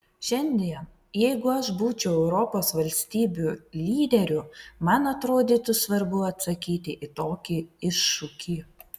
šiandien jeigu aš būčiau europos valstybių lyderiu man atrodytų svarbu atsakyti į tokį iššūkį